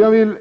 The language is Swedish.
Jag vill